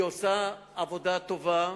היא עושה עבודה טובה.